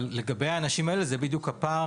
אבל לגבי האנשים האלה זה בדיוק הפער